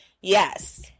yes